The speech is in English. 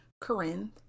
Corinth